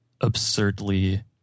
absurdly